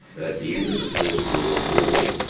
the the end of the first world war,